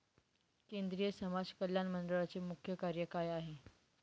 केंद्रिय समाज कल्याण मंडळाचे मुख्य कार्य काय आहे?